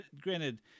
granted